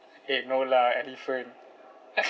eh no lah elephant